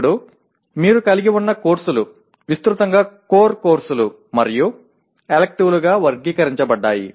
ఇప్పుడు మీరు కలిగి ఉన్న కోర్సులు విస్తృతంగా కోర్ కోర్సులు మరియు ఎలిక్టివ్లుగా వర్గీకరించబడ్డాయి